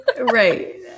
Right